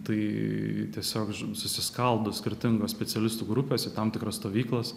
tai tiesiog susiskaldo skirtingos specialistų grupės į tam tikras stovyklas